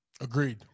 Agreed